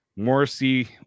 Morrissey